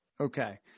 Okay